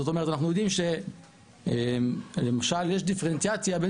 למשל אנחנו יודעים שיש דיפרנציאציה בין